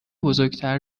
بزرگتر